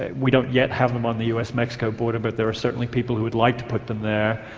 ah we don't yet have them on the us-mexico border but there are certainly people who would like to put them there,